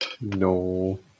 No